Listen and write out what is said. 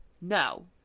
no